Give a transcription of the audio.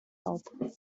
bulb